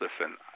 listen